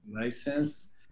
license